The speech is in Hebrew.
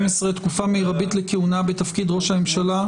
12) (תקופה מרבית לכהונה בתפקיד ראש הממשלה).